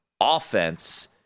offense